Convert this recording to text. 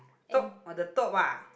top on the top ah